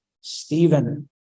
Stephen